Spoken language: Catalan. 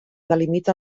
delimita